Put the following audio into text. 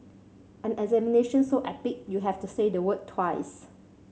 an examination so epic you have to say the word twice